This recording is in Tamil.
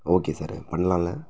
ஓகே சார் அது பண்ணலான்ல